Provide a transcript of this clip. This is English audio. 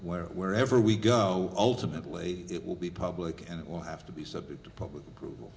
where wherever we go ultimately it will be public and it will have to be subject to public approval